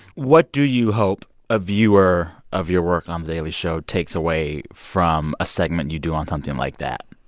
what do you hope a viewer of your work on the daily show takes away from a segment you do on something like that?